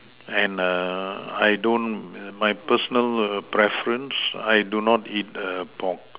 and err I don't my personal err preference I do not eat err pork